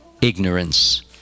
ignorance